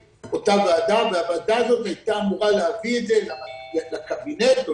והוועדה הזו היתה אמורה להביא את זה לקבינט או